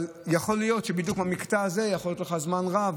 אבל יכול להיות שבדיוק במקטע הזה יכול להיות לך זמן רב,